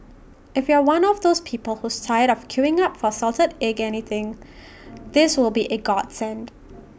if you're one of those people who's tired of queuing up for salted egg anything this will be A godsend